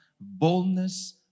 boldness